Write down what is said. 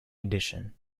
edition